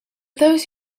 those